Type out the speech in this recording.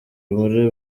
muri